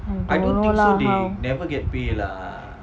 I don't know lah how